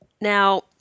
Now